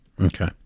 Okay